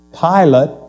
Pilate